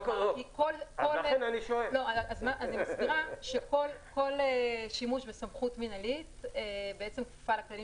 אני מסבירה שכל שימוש בסמכות מנהלית כפופה לכללים